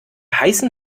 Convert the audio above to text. heißen